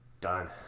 done